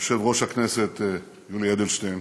יושב-ראש הכנסת יולי אדלשטיין,